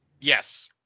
Yes